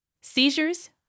Seizures